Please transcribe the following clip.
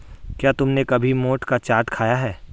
क्या तुमने कभी मोठ का चाट खाया है?